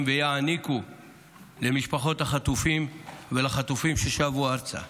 ויעניקו למשפחות החטופים ולחטופים ששבו ארצה: